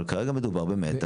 אבל כרגע מדובר על